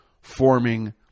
forming